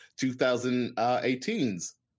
2018's